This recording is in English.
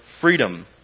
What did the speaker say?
freedom